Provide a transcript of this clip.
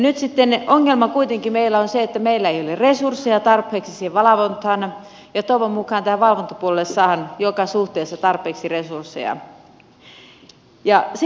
nyt sitten ongelma kuitenkin meillä on se että meillä ei ole resursseja tarpeeksi siihen valvontaan ja toivon mukaan tähän valvontapuolelle saadaan joka suhteessa tarpeeksi resursseja